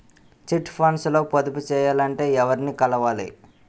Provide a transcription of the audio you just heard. Chit funds లో పొదుపు చేయాలంటే ఎవరిని కలవాలి?